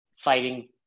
fighting